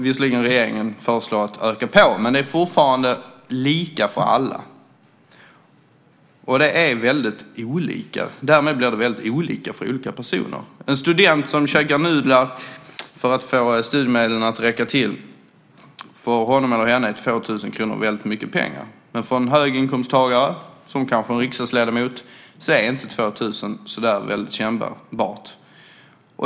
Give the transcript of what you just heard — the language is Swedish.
Regeringen föreslår visserligen att öka på dem, men det är fortfarande lika för alla. Därmed blir det väldigt olika för olika personer. För en student som käkar nudlar för att få studiemedlen att räcka till är 2 000 kr väldigt mycket pengar, men för en höginkomsttagare som en riksdagsledamot är inte 2 000 så väldigt kännbart.